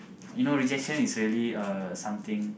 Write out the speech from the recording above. you know rejection is really a something